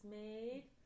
made